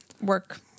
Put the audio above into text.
Work